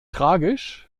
tragisch